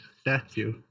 statue